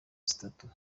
zitatu